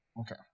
Okay